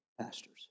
Pastors